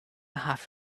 half